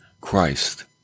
Christ